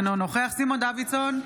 אינו נוכח סימון דוידסון,